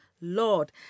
Lord